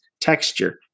texture